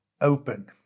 open